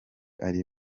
ari